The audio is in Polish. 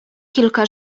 kilka